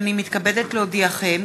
הנני מתכבדת להודיעכם,